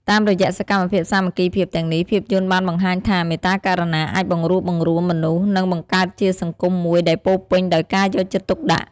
តាមរយៈសកម្មភាពសាមគ្គីភាពទាំងនេះ ភាពយន្តបានបង្ហាញថា មេត្តាករុណាអាចបង្រួបបង្រួមមនុស្ស និងបង្កើតជាសង្គមមួយដែលពោរពេញដោយការយកចិត្តទុកដាក់។